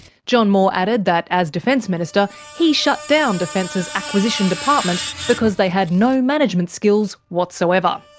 john moore added that as defence minister he shut down defence's acquisition department because they had no management skills whatsoever.